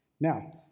Now